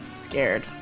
Scared